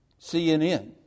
CNN